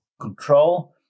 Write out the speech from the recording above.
control